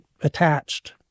attached